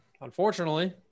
unfortunately